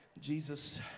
Jesus